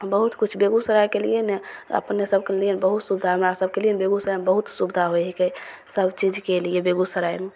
बहुत किछु बेगूसरायके लिए ने अपने सबके लिये बहुत सुविधा हमरा सबके लिये बेगूसरायमे बहुत सुविधा होइ हिकै सबचीजके लिये बेगूसरायमे